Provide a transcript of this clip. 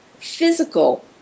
physical